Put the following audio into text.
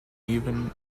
even